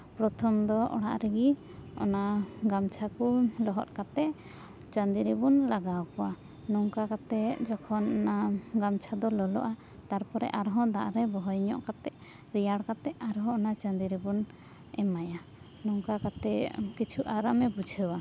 ᱯᱚᱨᱛᱷᱚᱢ ᱫᱚ ᱚᱲᱟᱜ ᱨᱮᱜᱤ ᱚᱱᱟ ᱜᱟᱢᱪᱷᱟ ᱠᱚ ᱞᱚᱦᱚᱫ ᱠᱟᱛᱮ ᱪᱟᱹᱫᱤ ᱨᱮᱵᱚᱱ ᱞᱟᱜᱟᱣ ᱟᱠᱚᱣᱟ ᱱᱚᱝᱠᱟ ᱠᱟᱛᱮ ᱡᱚᱠᱷᱚᱱ ᱚᱱᱟ ᱜᱟᱢᱪᱷᱟ ᱫᱚ ᱞᱚᱞᱚᱜᱼᱟ ᱛᱟᱨᱯᱚᱨᱮ ᱟᱨᱦᱚᱸ ᱫᱟᱜ ᱨᱮ ᱵᱚᱦᱚᱭ ᱧᱚᱜ ᱠᱟᱛᱮ ᱨᱮᱭᱟᱲ ᱠᱟᱛᱮ ᱟᱨᱦᱚᱸ ᱚᱱᱟ ᱪᱟᱹᱫᱤ ᱨᱮᱵᱚᱱ ᱮᱢᱟᱭᱟ ᱱᱚᱝᱠᱟ ᱠᱟᱛᱮ ᱠᱤᱪᱷᱩ ᱟᱨᱟᱢᱮ ᱵᱩᱡᱷᱟᱹᱣᱟ